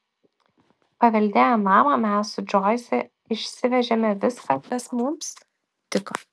paveldėję namą mes su džoise išsivežėme viską kas mums tiko